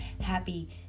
happy